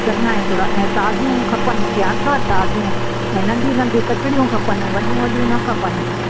चङा आहिनि थोरा ऐं ताजियूं खपनि मूंखे अथव ताजियूं ऐं नंढियूं नंढियूं कचड़ियूं खपनि वॾियूं वॾियूं न खपनि